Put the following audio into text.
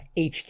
HQ